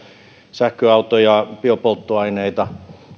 sähköautoja biopolttoaineita